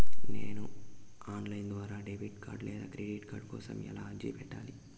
నేను online ద్వారా debit card లేదా క్రెడిట్ కార్డు కోసం ఎలా అర్జీ పెట్టాలి?